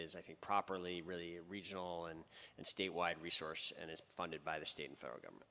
is i think properly really a regional and and statewide resource and it's funded by the state and federal government